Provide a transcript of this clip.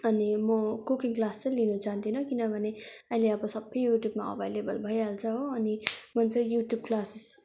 अनि म cooking class चाहिँ लिनु चाहँदिन किनभनै अहिले अब सबै युट्युबमा अभाइलेबल भइहाल्छ हो अनि मैले चाहिँ युट्युब क्लासेस